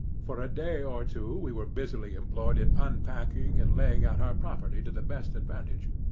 for a day or two we were busily employed in unpacking and laying out our property to the best advantage.